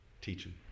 Teaching